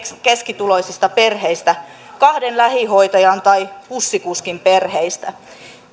keskituloisista perheistä kahden lähihoitajan tai bussikuskin perheistä